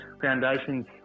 foundations